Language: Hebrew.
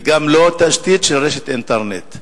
גם אין תשתית של רשת אינטרנט.